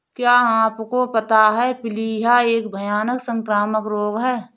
क्या आपको पता है प्लीहा एक भयानक संक्रामक रोग है?